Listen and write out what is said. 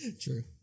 True